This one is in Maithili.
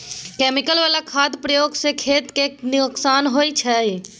केमिकल बला खादक प्रयोग सँ खेत केँ नोकसान होइ छै